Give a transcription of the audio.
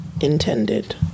intended